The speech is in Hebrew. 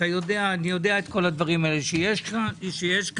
אני יודע את הדברים שיש פה.